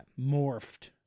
Morphed